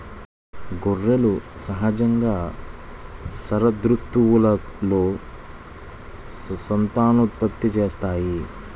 గొర్రెలు సహజంగా శరదృతువులో సంతానోత్పత్తి చేస్తాయి